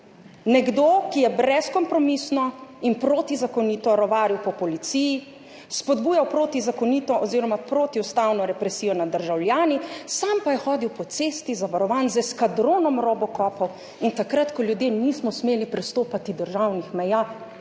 Nekdo, ki je brezkompromisno in protizakonito rovaril po policiji, spodbujal protizakonito oziroma protiustavno represijo nad državljani, sam pa je hodil po cesti, zavarovan z eskadronom robokopov, in takrat ko ljudje nismo smeli prestopati državnih meja,